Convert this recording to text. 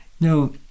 Now